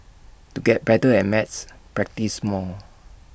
to get better at maths practise more